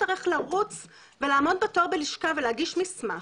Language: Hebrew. יצטרך לרוץ ולעמוד בתור בלשכה ולהגיש מסמך.